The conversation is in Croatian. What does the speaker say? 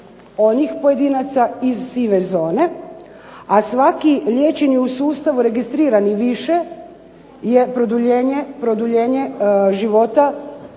onih pojedinaca iz sive zone, a svaki liječeni u sustavu registriranih više je produljenje života